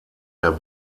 der